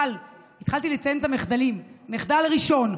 אבל, התחלתי לציין את המחדלים, מחדל ראשון: